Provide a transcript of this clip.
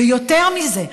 ויותר מזה,